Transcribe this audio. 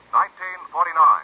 1949